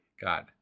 God